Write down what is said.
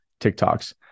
TikToks